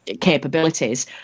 capabilities